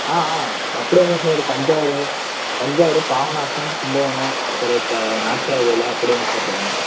ஆ ஆ அப்படியே தான் சார் தஞ்சாவூர் தஞ்சாவூர் பாபநாசம் கும்பகோணம் அப்புறம் இத்த நாச்சியார் கோவில் அப்படியே தான் சார் போகிற மட்டும்